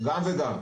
גם וגם.